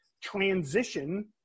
transition